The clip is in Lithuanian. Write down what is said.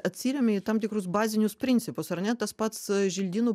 atsiremia į tam tikrus bazinius principus ar ne tas pats želdynų